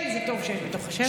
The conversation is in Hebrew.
"אל" זה טוב שיהיה בתוך השם.